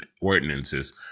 ordinances